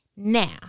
Now